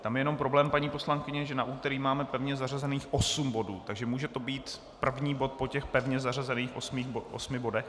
Tam je jenom problém, paní poslankyně, že na úterý máme pevně zařazených osm bodů, takže to může být první bod po těch pevně zařazených osmi bodech?